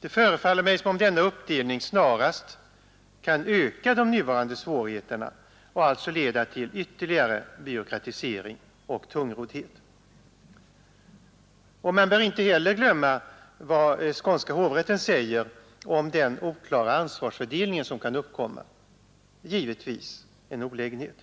Det förefaller mig som om denna uppdelning snarast kan öka de nuvarande svårigheterna och alltså leda till ytterligare byråkratisering och tungroddhet. Man bör inte heller glömma vad skånska hovrätten säger om den oklara ansvarsfördelning som kan uppkomma, givetvis en olägenhet.